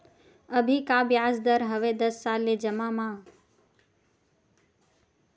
अभी का ब्याज दर हवे दस साल ले जमा मा?